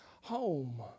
home